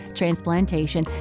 transplantation